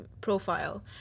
profile